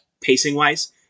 pacing-wise